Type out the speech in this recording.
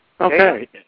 Okay